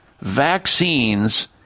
vaccines